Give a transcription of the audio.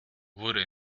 wurde